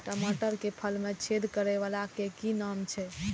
टमाटर के फल में छेद करै वाला के कि नाम छै?